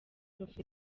prof